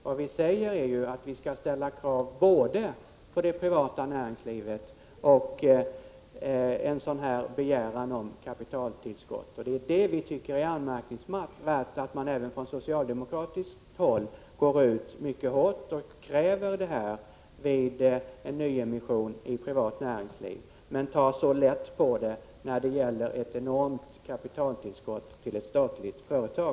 Vad vi säger är att vi skall ställa krav både på det privata näringslivet och i fråga om en sådan här begäran om kapitaltillskott. Vad vi tycker är anmärkningsvärt är att man från socialdemokratiskt håll kräver bättre information vid nyemissioner inom det privata näringslivet, men tar så lätt på informationsfrågan när det gäller ett stort kapitaltillskott till ett statligt företag.